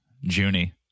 Junie